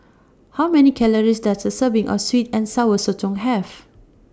How Many Calories Does A Serving of Sweet and Sour Sotong Have